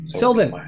sylvan